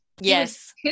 Yes